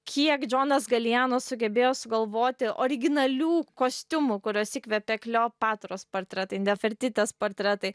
kiek džionas galijano sugebėjo sugalvoti originalių kostiumų kuriuos įkvepia kleopatros portretai nefertitės portretai